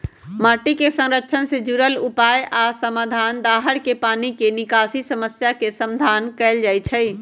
माटी के संरक्षण से जुरल उपाय आ समाधान, दाहर के पानी के निकासी समस्या के समाधान कएल जाइछइ